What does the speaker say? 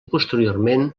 posteriorment